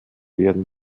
werden